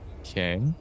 Okay